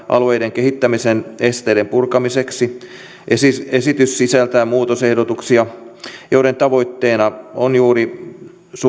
alueiden kehittämisen esteiden purkamiseksi esitys esitys sisältää muutosehdotuksia joiden tavoitteena on juuri